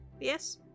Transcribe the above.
Yes